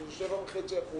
שזה 7.5%,